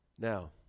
Now